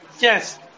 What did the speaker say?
Yes